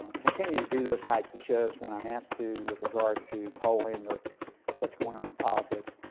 continue to do those type of shows when i'm asked to with regard to polling or what's going on in politics.